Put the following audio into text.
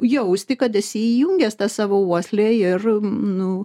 jausti kad esi įjungęs savo uoslę ir nu